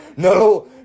No